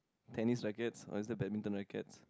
tennis rackets or is that badminton rackets